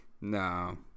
No